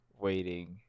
waiting